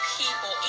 people